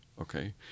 Okay